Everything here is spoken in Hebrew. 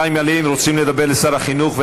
רוצים לדבר לשר החינוך ולכולם.